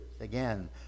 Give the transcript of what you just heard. again